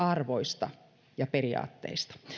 arvoista ja periaatteista